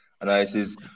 analysis